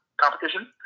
competition